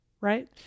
right